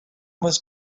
was